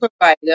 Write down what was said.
provider